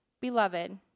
Beloved